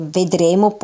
vedremo